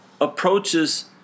approaches